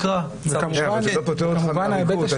כן, אבל זה לא פוטר אותך לגבי עריקות.